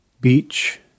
Beach